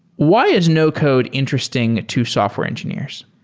why is no-code interesting to software engineers?